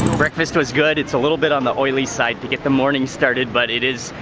breakfast was good it's a little bit on the oily side, to get the morning started. but it is,